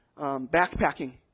backpacking